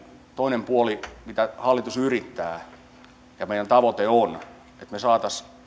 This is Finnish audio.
toinen puoli mitä hallitus yrittää ja mikä meidän tavoitteemme on on että me saisimme